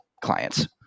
clients